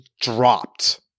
dropped